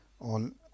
on